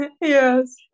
yes